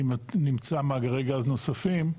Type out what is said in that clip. שנמצא מאגרי גז נוספים,